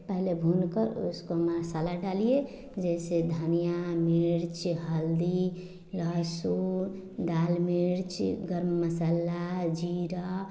पहले भूनकर उसको मसाला डालिए जैसे धनिया मिर्च हल्दी लहसून दाल मिर्च गरम मसाला ज़ीरा